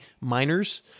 miners